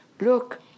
Look